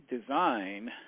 design